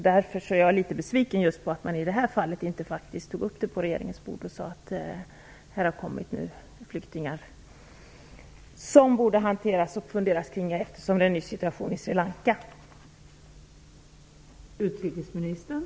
Därför är jag just i detta fall besviken över att man inte tog upp frågan på regeringens bord och sade att man borde fundera över situationen för de flyktingar som kommit, eftersom det nu är en ny situation i Sri